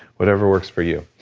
whatever works for you.